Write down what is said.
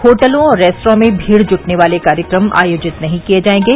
होटलों और रेस्त्रां में भीड़ जुटने वाले कार्यक्रम आयोजित नहीं किये जायेंगे